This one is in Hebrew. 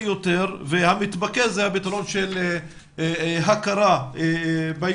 יותר והמתבקש זה הפתרון של הכרה ביישובים,